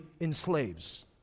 enslaves